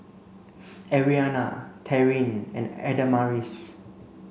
Arianna Taryn and Adamaris